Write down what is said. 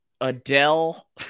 Adele